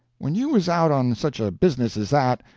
when you was out on such a business as that,